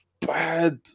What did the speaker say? Bad